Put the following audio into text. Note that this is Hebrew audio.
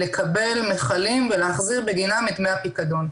לקבל מכלים ולהחזיר בגינם את דמי הפיקדון.